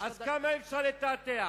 אז כמה אפשר לתעתע?